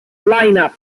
lineup